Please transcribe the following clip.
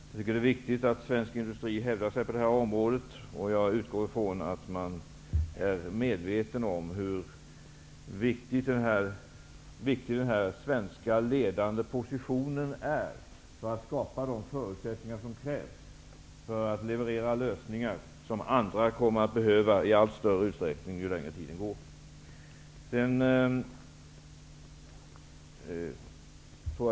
Jag tycker att det är viktigt att svensk industri hävdar sig på det här området, och jag utgår från att man är medveten om hur viktig den svenska ledande positionen är för att vi skall kunna skapa de förutsättningar som krävs för att leverera lösningar som andra kommer att behöva i allt större utsträckning ju längre tiden går.